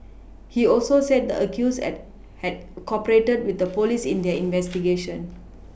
he also said the accused add had cooperated with police in their investigation